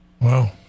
Wow